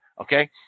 okay